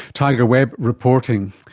tiger webb reporting.